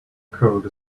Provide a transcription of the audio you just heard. code